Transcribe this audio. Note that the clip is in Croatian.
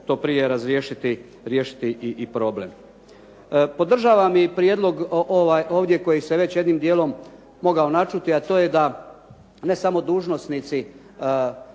to prije riješiti problem. Podržavam i prijedlog ovdje koji se već jednim dijelom mogao načuti, a to je ne samo dužnosnici